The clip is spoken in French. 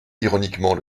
ironiquement